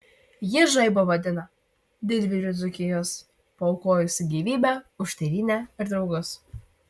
ji žaibą vadina didvyriu dzūkijos paaukojusiu gyvybę už tėvynę ir draugus